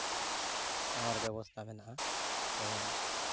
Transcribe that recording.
ᱥᱟᱶᱟᱨ ᱵᱮᱵᱚᱥᱛᱷᱟ ᱢᱮᱱᱟᱜᱼᱟ ᱡᱮᱢᱚᱱ